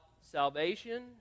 salvation